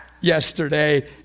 yesterday